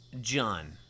John